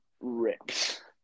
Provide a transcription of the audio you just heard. rips